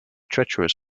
treacherous